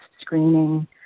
screening